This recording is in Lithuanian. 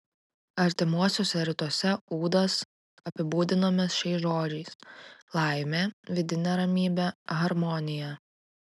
artimuosiuose rytuose ūdas apibūdinamas šiais žodžiais laimė vidinė ramybė harmonija